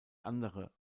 andere